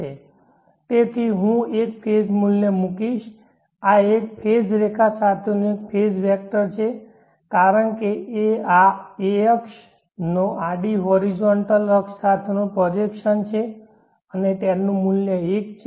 થ તેથી હું એક ફેઝ મૂલ્ય મૂકીશ આ એક ફેઝ રેખા સાથેનો એક ફેઝ વેક્ટર છે કારણ કે આ a અક્ષ નો આડી હોરિઝોન્ટલ અક્ષ સાથેનો પ્રોજેકશન છે અને તેનું મૂલ્ય 1 છે